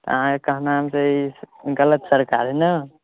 अहाँके कहनाइ हइ जे ई गलत सरकार हइ नहि